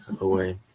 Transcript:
away